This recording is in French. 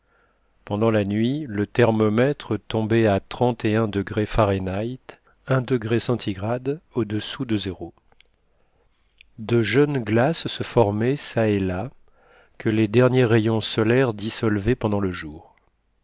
pendant la nuit le thermomètre tombait à trente et un degrés fahrenheit de jeunes glaces se formaient çà et là que les derniers rayons solaires dissolvaient pendant le jour